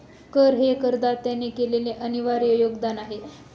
कर हे करदात्याने केलेले अनिर्वाय योगदान आहे